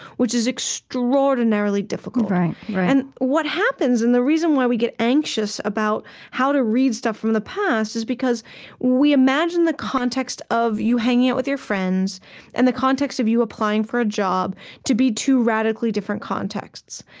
which is extraordinarily difficult and what happens, and the reason why we get anxious about how to read stuff from the past is because we imagine the context of you hanging out with your friends and the context of you applying for a job to be two radically different contexts.